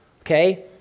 okay